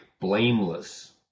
blameless